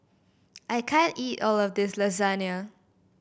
I can't eat all of this Lasagne